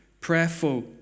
prayerful